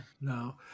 no